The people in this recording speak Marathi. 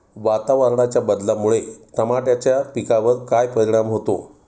वातावरणाच्या बदलामुळे टमाट्याच्या पिकावर काय परिणाम होतो?